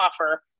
offer